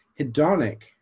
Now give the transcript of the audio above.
hedonic